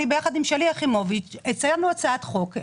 אני ביחד עם שלי יחימוביץ' הצענו הצעת חוק.